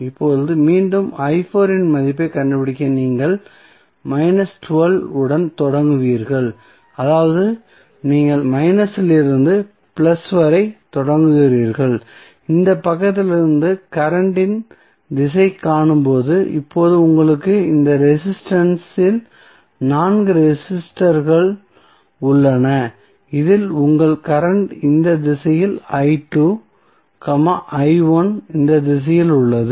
இப்போது மீண்டும் இன் மதிப்பைக் கண்டுபிடிக்க நீங்கள் உடன் தொடங்குவீர்கள் அதாவது நீங்கள் மைனஸிலிருந்து பிளஸ் வரை தொடங்குகிறீர்கள் இந்த பக்கத்திலிருந்து கரண்ட் இன் திசையைக் காணும்போது இப்போது உங்களுக்கு இந்த ரெசிஸ்டன்ஸ் இல் நான்கு ரெசிஸ்டன்ஸ்கள் உள்ளன இதில் உங்கள் கரண்ட் இந்த திசையில் இந்த திசையில் உள்ளது